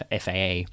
FAA